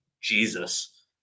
Jesus